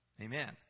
Amen